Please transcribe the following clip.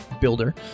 builder